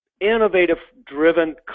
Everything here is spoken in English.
innovative-driven